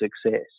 success